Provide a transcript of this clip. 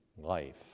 life